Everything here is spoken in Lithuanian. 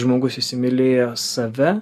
žmogus įsimylėjo save